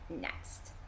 next